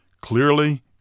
Clearly